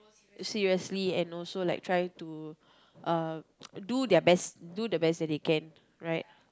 seriously and also like try to uh do their best do the best that they can right